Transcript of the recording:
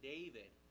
David